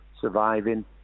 surviving